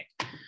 okay